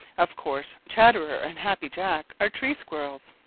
of course chatterer and happy jack are tree squirrels.